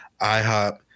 IHOP